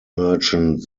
merchant